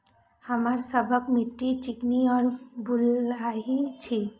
हमर सबक मिट्टी चिकनी और बलुयाही छी?